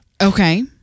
Okay